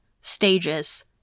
stages